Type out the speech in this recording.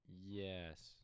Yes